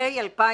בשלהי 2018,